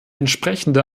entsprechende